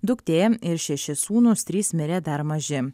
duktė ir šeši sūnūs trys mirė dar maži